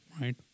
right